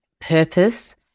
purpose